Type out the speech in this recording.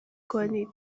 کنید